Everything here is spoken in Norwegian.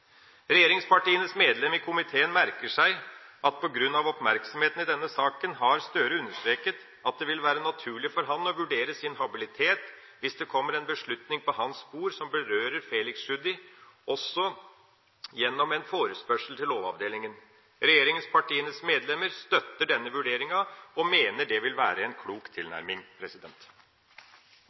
Regjeringspartienes medlemmer i komiteen merker seg at på grunn av oppmerksomheten i denne saken har Gahr Støre understreket at det vil være naturlig for ham å vurdere sin habilitet hvis det kommer en beslutning på hans bord som berører Felix Tschudi, også gjennom en forespørsel til Lovavdelingen. Regjeringspartienes medlemmer støtter denne vurderinga og mener det vil være en klok tilnærming.